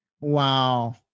Wow